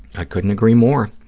i couldn't agree more.